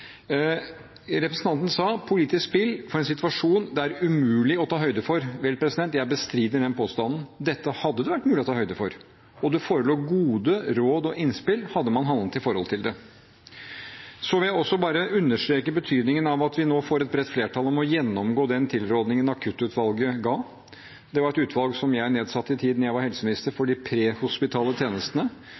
Representanten sa at man har et politisk spill rundt en situasjon det er «umulig å ta høyde for». Vel, jeg bestrider den påstanden. Dette hadde det vært mulig å ta høyde for. Det forelå gode råd og innspill, hadde man handlet i forhold til det. Jeg vil også understreke betydningen av at vi nå får et bredt flertall for å gjennomgå den tilrådingen Akuttutvalget ga. Det var et utvalg som jeg nedsatte den tiden jeg var helseminister, for de prehospitale tjenestene.